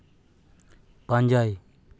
ᱯᱟᱸᱡᱟᱭ